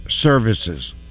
Services